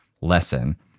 lesson